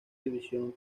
division